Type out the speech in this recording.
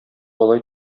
алай